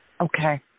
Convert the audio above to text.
Okay